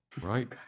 Right